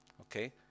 Okay